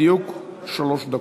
בדיוק שלוש דקות.